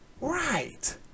right